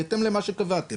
בהתאם למה שקבעתם.